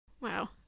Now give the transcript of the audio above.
wow